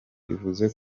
bivuze